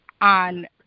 on